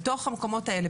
בתוך המקומות האלה,